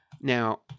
Now